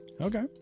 Okay